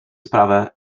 sprawę